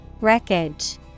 Wreckage